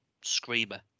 screamer